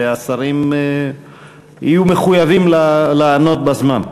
והשרים יהיו מחויבים לענות בזמן.